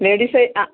ladies ആ